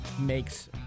makes